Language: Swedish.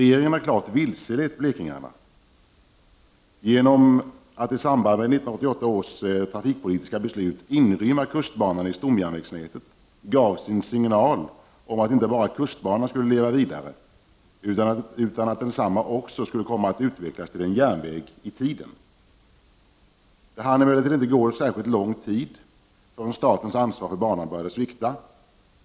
Genom att i samband med 1988 års trafikpolitiska beslut inrymma kustbanan i stomjärnvägsnätet gavs en signal om att inte bara kustbanan skulle leva vidare utan att densamma också skulle komma att utvecklas till en järnväg i tiden. Det hann emellertid inte gå särskilt lång tid förrän statens ansvar för banan började svikta.